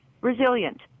resilient